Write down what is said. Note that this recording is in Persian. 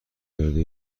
کرده